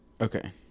okay